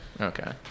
Okay